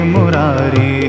Murari